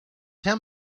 tell